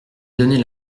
donner